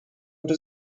into